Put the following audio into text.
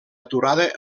aturada